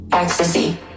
ecstasy